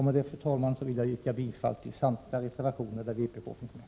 Med detta, fru talman, vill jag yrka bifall till samtliga reservationer där vpk-representanter finns med.